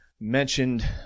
mentioned